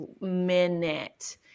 minute